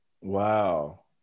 Wow